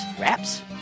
wraps